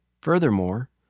Furthermore